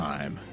Time